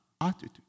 attitude